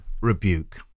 Rebuke